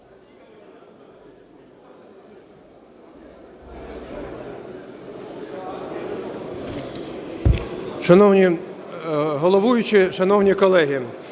Шановний головуючий, шановні колеги,